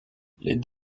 les